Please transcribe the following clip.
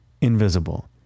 invisible